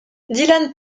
dylan